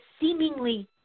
seemingly